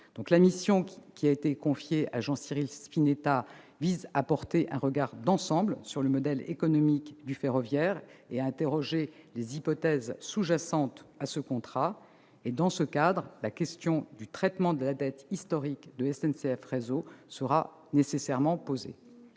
La mission confiée à Jean-Cyril Spinetta vise à porter un regard d'ensemble sur le modèle économique du ferroviaire et à interroger les hypothèses sous-jacentes à ce contrat. Dans ce cadre, la question du traitement de la dette historique de SNCF Réseau sera nécessairement posée.